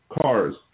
Cars